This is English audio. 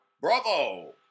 Bravo